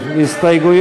נתקבלו.